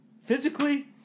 Physically